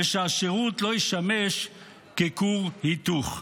ושהשירות לא ישמש ככור היתוך.